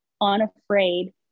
unafraid